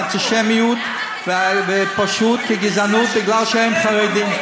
כאנטישמיות, פשוט כגזענות בגלל שהם חרדים.